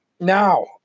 Now